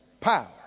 power